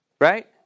right